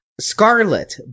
Scarlet